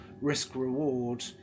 risk-reward